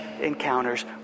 encounters